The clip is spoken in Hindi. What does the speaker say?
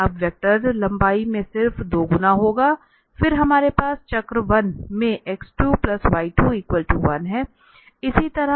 अब वेक्टर लंबाई में सिर्फ दोगुना होगा फिर हमारे पास चक्र 1 में x2y21 है इसी तरह